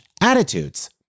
attitudes